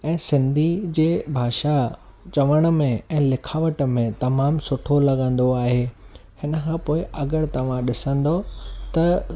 ऐं सिन्धी जे भाषा चवण में ऐं लिखावट में तमाम सुठो लॻंदो आहे हिन खां पोइ अगरि तव्हां ॾिसंदव त